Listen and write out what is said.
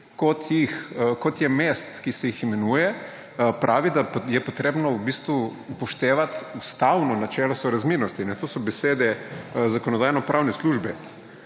kot je mest, ki se jih imenuje, pravi, da je potrebno v bistvu upoštevat ustavno načelo sorazmernosti. To so besede Zakonodajno-pravne službe,